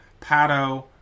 Pato